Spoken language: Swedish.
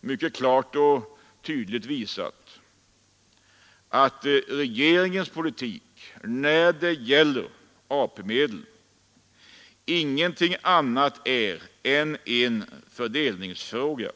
mycket klart och tydligt visat att regeringens politik när det gäller AP-medlen ingenting annat är än en fördelningsfråga.